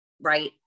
Right